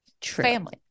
Family